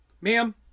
Ma'am